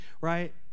right